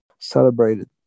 celebrated